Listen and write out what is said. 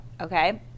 Okay